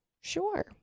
sure